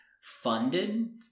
funded